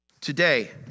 today